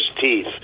teeth